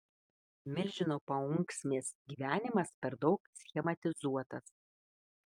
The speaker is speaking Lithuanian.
milžino paunksmės gyvenimas per daug schematizuotas